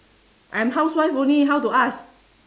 I'm housewife only how to ask